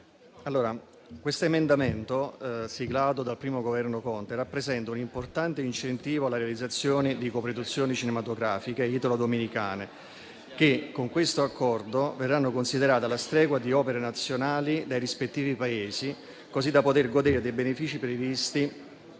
questo Accordo, siglato dal primo Governo Conte, rappresenta un importante incentivo alla realizzazione di coproduzioni cinematografiche italo-dominicane che, con esso, appunto, verranno considerate alla stregua di opere nazionali dai rispettivi Paesi così da poter godere dei benefici previsti